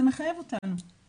זה מחייב אותנו.